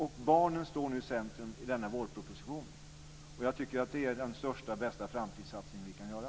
Och barnen står nu i centrum i denna vårproposition. Jag tycker att det är den största och bästa framtidssatsning som vi kan göra.